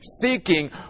seeking